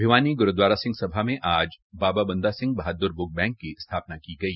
भिवानी ग्रुद्वारा सिंह सभा में आज बाबा बंदा सिंह बहाद्र ब्क बैंक की स्थापना की गई